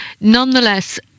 Nonetheless